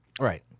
Right